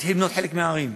והתחיל למנות חלק מהערים.